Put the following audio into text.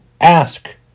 ask